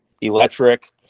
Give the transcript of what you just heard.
electric